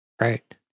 Right